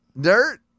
Dirt